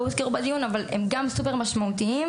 הוזכרו בדיון אבל הם סופר משמעותיים.